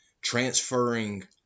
transferring